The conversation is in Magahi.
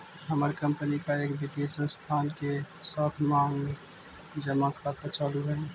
हमार कंपनी का एक वित्तीय संस्थान के साथ मांग जमा खाता चालू हई